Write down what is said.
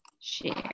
Share